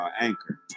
Anchor